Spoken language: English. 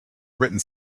written